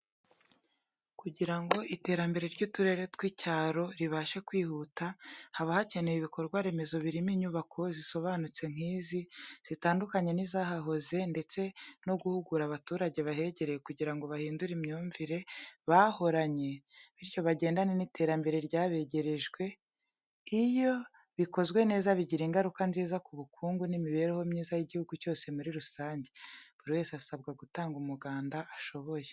Kugira ngo iterambere ry'uturere tw'icyaro ribashe kwihuta, haba hakenewe ibikorwa remezo birimo inyubako zisobanutse nk'izi, zitandukanye n'izahahoze ndetse no guhugura abaturage bahegereye kugira ngo bahindure imyumvire bahoranye bityo bagendane n'iterambere ryabegerejwe, iyo bikozwe neza bigira ingaruka nziza ku bukungu n'imibereho myiza y'igihugu cyose muri rusange. Buri wese asabwa gutanga umuganda ashoboye.